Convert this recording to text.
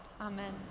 Amen